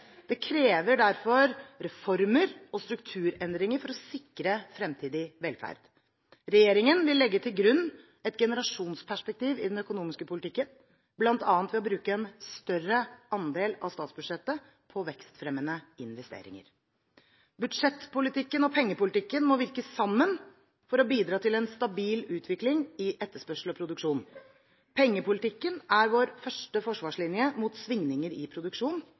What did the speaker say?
Det kreves derfor reformer og strukturendringer for å sikre fremtidig velferd. Regjeringen vil legge til grunn et generasjonsperspektiv i den økonomiske politikken, bl.a. ved å bruke en større andel av statsbudsjettet på vekstfremmende investeringer. Budsjettpolitikken og pengepolitikken må virke sammen for å bidra til en stabil utvikling i etterspørsel og produksjon. Pengepolitikken er vår første forsvarslinje mot svingninger i produksjon